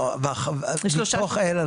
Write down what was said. ואחרי שבועיים?